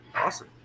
Awesome